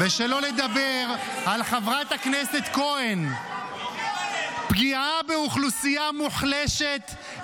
--- ושלא לדבר על חברת הכנסת כהן: פגיעה באוכלוסייה מוחלשת.